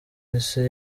isi